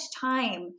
time